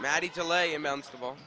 maddy delay amounts of all